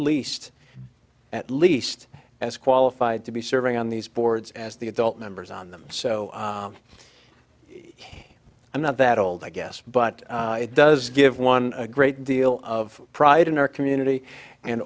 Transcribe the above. least at least as qualified to be serving on these boards as the adult members on them so i'm not that old i guess but it does give one a great deal of pride in our community and